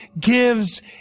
gives